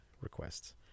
requests